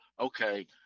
okay –